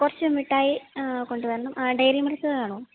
കുറച്ച് മിട്ടായി കൊണ്ടുവരണം ഡയറി മിൽക്ക് വേണോ